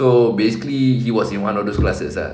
so basically he was in one of those classes ah